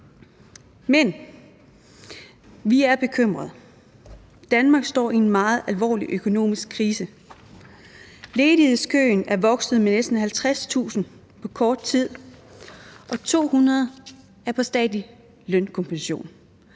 Men vi er bekymrede. Danmark står i en meget alvorlig økonomisk krise. Ledighedskøen er vokset med næsten 50.000 på kort tid, og 200.000 er stadig på lønkompensation.